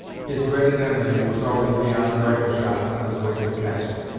his dreaded enemy was already beyond rifle-shot on his way to the castle.